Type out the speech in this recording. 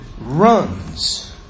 runs